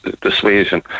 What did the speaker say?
dissuasion